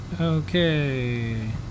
Okay